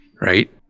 Right